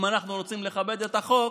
אם אנחנו רוצים לכבד את החוק,